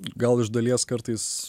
gal iš dalies kartais